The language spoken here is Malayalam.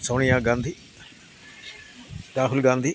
സോണിയാ ഗാന്ധി രാഹുൽ ഗാന്ധി